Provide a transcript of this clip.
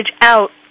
out